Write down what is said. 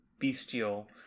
bestial